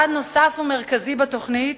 יעד נוסף ומרכזי בתוכנית,